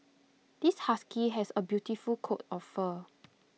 this husky has A beautiful coat of fur